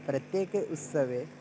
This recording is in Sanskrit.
प्रत्येके उत्सवे